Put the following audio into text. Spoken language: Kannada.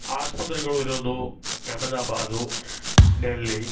ಆಸ್ಪತ್ರೆಗಳು ಇರೋದು ಎಹ್ಮದಾಬಾದು ಡೆಲ್ಲಿ